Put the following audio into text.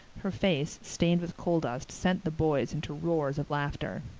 her face, stained with coal dust, sent the boys into roars of laughter.